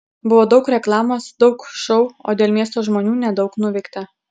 buvo daug reklamos daug šou o dėl miesto žmonių nedaug nuveikta